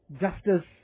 justice